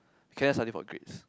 can I study for grades